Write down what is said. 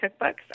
cookbooks